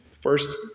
First